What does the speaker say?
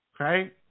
Okay